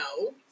No